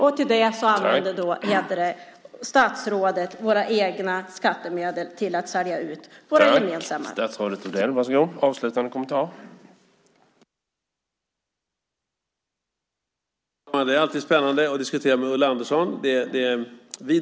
Till detta använder alltså statsrådet våra egna skattemedel; till att sälja ut vår gemensamma egendom.